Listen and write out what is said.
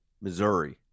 Missouri